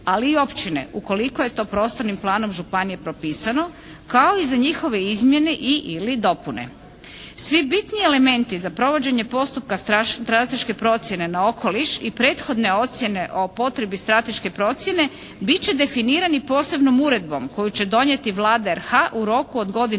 ali i općine ukoliko je to prostornim planom županije propisano kao i za njihove izmjene i/ili dopune. Svi bitni elementi za provođenje postupka strateške procjene na okoliš i prethodne ocjene o potrebi strateške procjene bit će definirani posebnom uredbom koju će donijeti Vlada RH u roku od godine